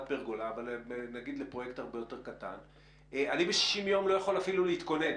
פרגולה והוא ב-60 ימים אפילו לא יכול להתכונן.